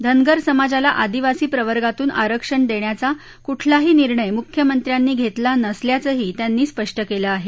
धनगर समाजाला आदिवासी प्रवर्गातून आरक्षण देण्याचा कुठलाही निर्णय मुख्यमंत्र्यांनी घेतला नसल्याचंही त्यांनी स्पष्ट केलं आहे